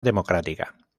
democrática